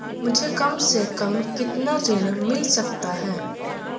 मुझे कम से कम कितना ऋण मिल सकता है?